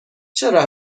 چرا